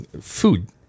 food